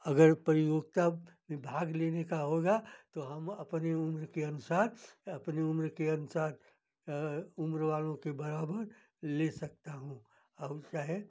अगर प्रतियोगिता में भाग लेने का होगा तो हम अपने उम्र के अनुसार अपने उम्र के अनुसार उम्र वालों के बराबर ले सकता हूँ और चाहे